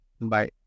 Bye